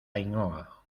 ainhoa